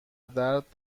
درد